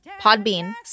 Podbean